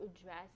address